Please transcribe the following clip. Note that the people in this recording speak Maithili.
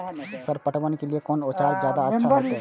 सर पटवन के लीऐ कोन औजार ज्यादा अच्छा होते?